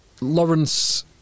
Lawrence